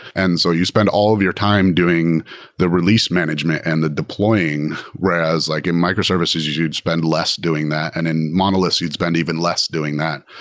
and so you spend all of your time doing the release management and the deploying, whereas like in microservices, you'd you'd spend less doing that. and in monoliths, you'd spend even less doing that.